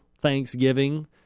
Thanksgiving